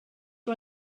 you